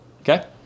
okay